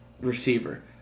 receiver